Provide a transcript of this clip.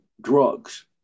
drugs